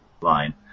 line